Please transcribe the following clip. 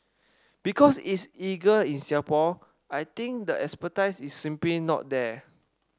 because it's illegal in Singapore I think the expertise is simply not there